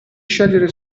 scegliere